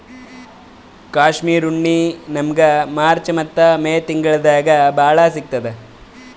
ಕಾಶ್ಮೀರ್ ಉಣ್ಣಿ ನಮ್ಮಗ್ ಮಾರ್ಚ್ ಮತ್ತ್ ಮೇ ತಿಂಗಳ್ದಾಗ್ ಭಾಳ್ ಸಿಗತ್ತದ್